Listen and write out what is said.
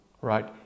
right